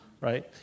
right